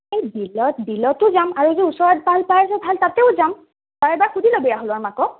এই বিলত বিলতো যাম আৰু যে ওচৰত ভাল পাই যে ভাল তাতেও যাম তই এবাৰ সুধি ল'বি ৰাহুলৰ মাকক